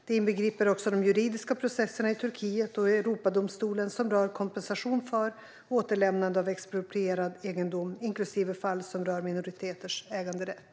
Det inbegriper också de juridiska processerna i Turkiet och Europadomstolen som rör kompensation för och återlämnande av exproprierad egendom, inklusive fall som rör minoriteters äganderätt.